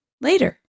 later